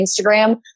Instagram